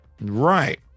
right